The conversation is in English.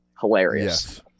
Hilarious